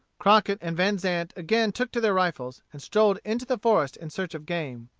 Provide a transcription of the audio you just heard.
crockett and vanzant again took to their rifles, and strolled into the forest in search of game.